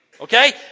Okay